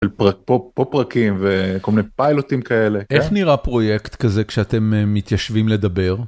פה פרקים וכל מיני פיילוטים כאלה איך נראה פרויקט כזה כשאתם מתיישבים לדבר?